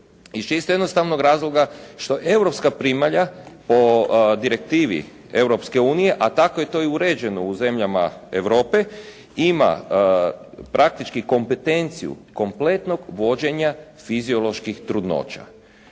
iz čisto jednostavnog razloga što europska primalja po direktivi Europske unije, a tako je to i uređeno u zemljama Europe ima praktički kompetenciju kompletnog vođenja fizioloških trudnoća.